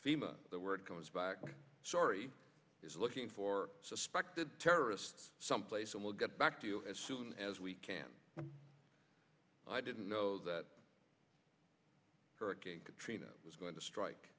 the word comes back sorry is looking for suspected terrorists someplace and we'll get back to you as soon as we can i didn't know that hurricane katrina was going to strike